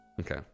Okay